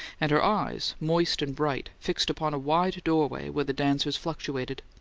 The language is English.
and her eyes, moist and bright, fixed upon a wide doorway where the dancers fluctuated.